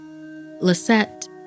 Lisette